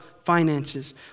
Finances